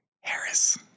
Harris